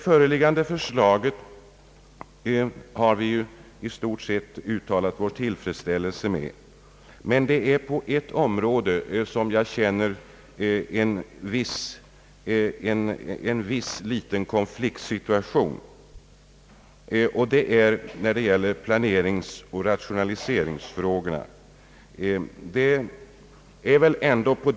Vi har ju i stort sett uttalat vår tillfredsställelse med det föreliggande förslaget, men det är på ett område som jag känner en viss konfliktsituation, och det är när det gäller planeringsoch rationaliseringsfrågorna.